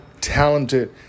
talented